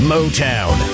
Motown